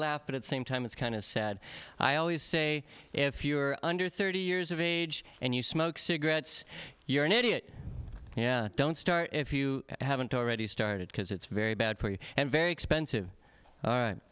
at same time it's kind of sad i always say if you're under thirty years of age and you smoke cigarettes you're an idiot yeah don't start if you haven't already started because it's very bad and very expensive all right